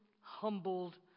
humbled